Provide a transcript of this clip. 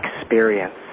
experience